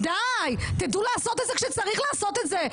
די, תדעו לעשות את זה כשצריך לעשות את זה.